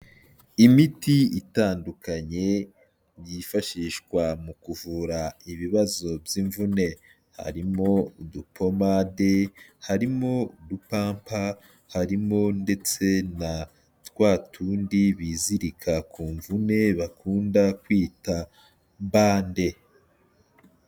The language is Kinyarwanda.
Imiti itandukanye, yifashishwa mu kuvura ibibazo by'imvune. Harimo udupomade, harimo udupampa, harimo ndetse na twatundi bizirika ku mvune, bakunda kwita bande.